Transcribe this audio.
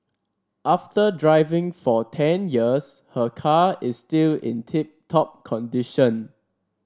after driving for ten years her car is still in tip top condition